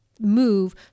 move